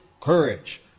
courage